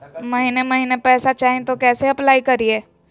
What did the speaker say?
महीने महीने पैसा चाही, तो कैसे अप्लाई करिए?